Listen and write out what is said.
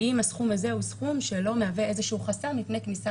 האם הסכום הזה הוא סכום שלא מהווה איזה שהוא חסם מפני כניסה